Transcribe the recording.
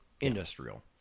industrial